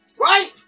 right